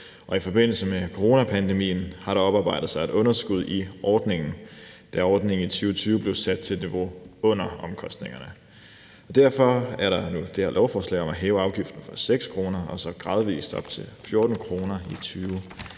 I forbindelse med coronapandemien har der oparbejdet sig et underskud i ordningen, da ordningen i 2020 blev sat til et niveau under omkostningerne. Derfor er der nu det her lovforslag om at hæve afgiften fra 6 kr. og så gradvis op til 14 kr. i 2028,